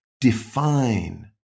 define